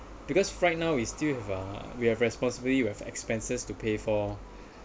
because right now we still have uh we have responsibility with expenses to pay for